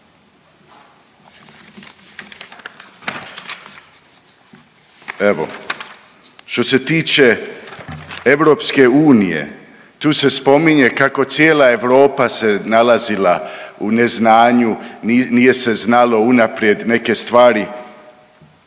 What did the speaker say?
Evo, što se tiče EU tu se spominje kako cijela Europa se nalazila u neznanju, nije se znalo unaprijed neke stvari,